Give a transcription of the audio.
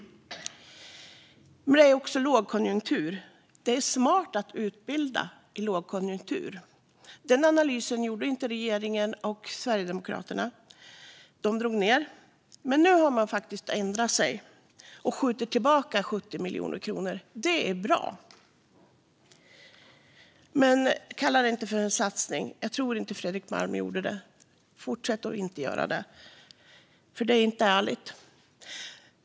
Det är också lågkonjunktur. Det är smart att utbilda i lågkonjunktur. Den analysen gjorde inte Sverigedemokraterna och regeringen. De drog ned. Men nu har de ändrat sig och skjuter tillbaka 70 miljoner kronor. Det är bra, men kalla det inte en satsning! Jag tror inte att Fredrik Malm gjorde det. Fortsätt att inte göra det, för det är inte ärligt!